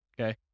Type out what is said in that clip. okay